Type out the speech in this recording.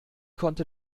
konnte